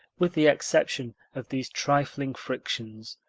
with the exception of these trifling frictions,